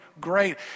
great